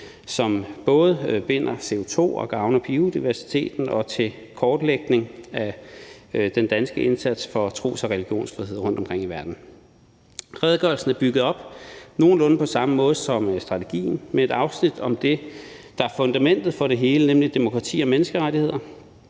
som både binder CO2 og gavner biodiversiteten, og til kortlægning af den danske indsats for tros- og religionsfrihed rundtomkring i verden. Redegørelsen er bygget op på nogenlunde samme måde som strategien med et afsnit om det, der er fundamentet for det hele, nemlig demokrati og menneskerettigheder;